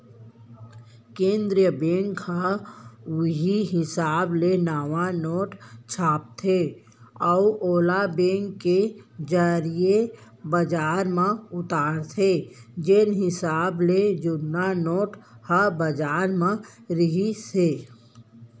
केंद्रीय बेंक ह उहीं हिसाब ले नवा नोट छापथे अउ ओला बेंक के जरिए बजार म उतारथे जेन हिसाब ले जुन्ना नोट ह बजार म रिहिस हे